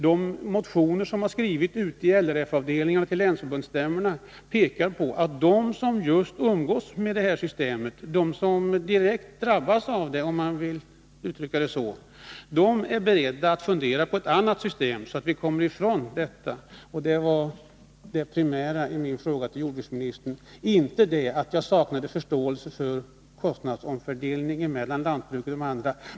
De motioner som LRF-avdelningarna skrivit inför länsförbundsstämmorna pekar på att de som haft att göra med detta system — de som så att säga direkt drabbas av det — är beredda att fundera på ett annat system, så att vi kommer ifrån nuvarande ordning. Det var det primära i min fråga till jordbruksministern, och den innebar inte att jag saknar förståelse för kostnadsomfördelningen mellan jordbrukare och andra.